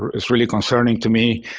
is really concerning to me,